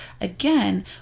again